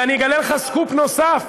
ואני אגלה לך סקופ נוסף,